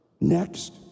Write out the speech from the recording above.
Next